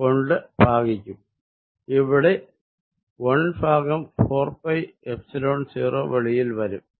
കൊണ്ട് ഭാഗിക്കും ഇവിടെ 1 ഭാഗം 4 പൈ എപ്സിലോൺ 0 വെളിയിൽ വരും